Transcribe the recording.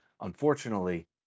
unfortunately